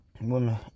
women